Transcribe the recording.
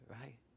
right